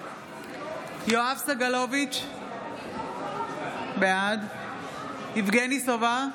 יואב סגלוביץ' בעד יבגני סובה,